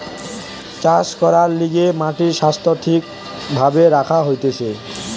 চাষ করবার লিগে মাটির স্বাস্থ্য ঠিক ভাবে রাখা হতিছে